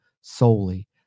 solely